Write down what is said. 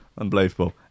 unbelievable